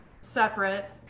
separate